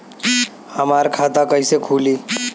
हमार खाता कईसे खुली?